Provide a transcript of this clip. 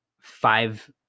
five